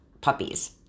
puppies